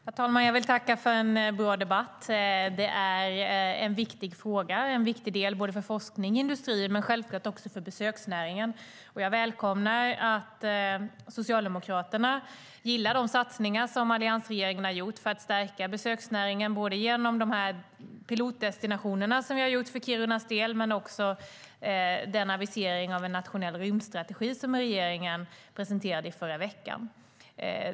Herr talman! Jag vill tacka för en bra debatt. Detta är en viktig fråga såväl för forskning och industri som för besöksnäringen. Jag välkomnar att Socialdemokraterna gillar de satsningar som alliansregeringen har gjort för att stärka besöksnäringen både genom pilotdestinationerna och genom aviserandet av en nationell rymdstrategi, som regeringen presenterade i förra veckan.